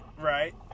right